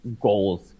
goals